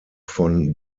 von